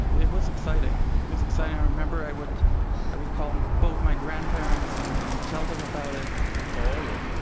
it was exciting. it was exciting. i remember i would i would call both my grandparents and and tell them about it oh yeah.